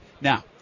Now